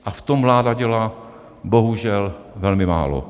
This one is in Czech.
A v tom vláda dělá bohužel velmi málo.